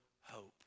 hope